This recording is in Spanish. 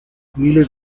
miles